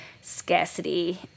scarcity